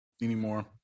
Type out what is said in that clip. anymore